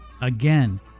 Again